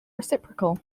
reciprocal